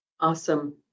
Awesome